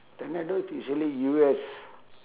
tornadoes usually U_S